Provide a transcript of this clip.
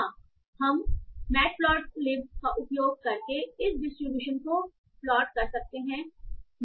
हां हम मेटप्लॉटलिब का उपयोग करके इस डिस्ट्रीब्यूशन को प्लॉट कर सकते हैं